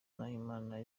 nahimana